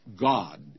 god